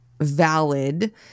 valid